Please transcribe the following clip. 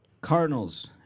Cardinals